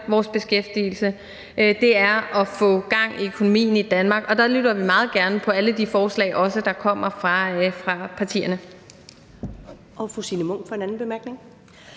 vores beskæftigelse; det er at få gang i økonomien i Danmark. Og der lytter vi også meget gerne til alle de forslag, der kommer fra partierne.